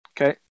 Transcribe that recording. okay